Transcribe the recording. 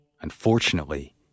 Unfortunately